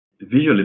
visually